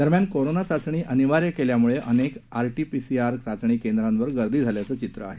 दरम्यान कोरोना चाचणी अनिवार्य केल्यानं अनेक आरटीपीसीआर चाचणी केंद्रांवर गर्दी झाल्याचं चित्र आहे